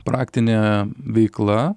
praktinė veikla